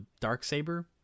Darksaber